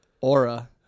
Aura